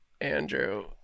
Andrew